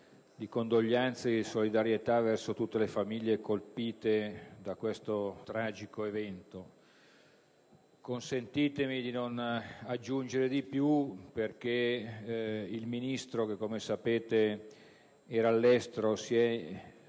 di condoglianze e solidarietà verso tutte le famiglie colpite da questo tragico evento. Consentitemi di non aggiungere altro perché il ministro Matteoli - che, come sapete, era all'estero - si è